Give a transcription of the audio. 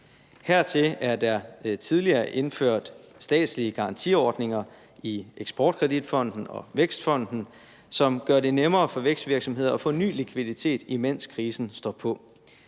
Hertil er der tidligere indført statslige garantiordninger i Eksportkreditfonden og Vækstfonden, som gør det nemmere for vækstvirksomheder at få ny likviditet, imens krisen står på.